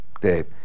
Dave